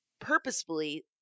purposefully